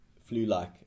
flu-like